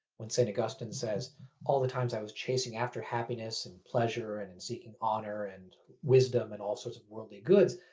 when saint augustine says all the times i was chasing after happiness and pleasure, and and seeking honor and wisdom, and all sorts of worldly goods,